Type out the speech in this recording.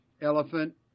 Elephant